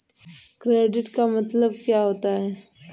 Credit का मतलब क्या होता है?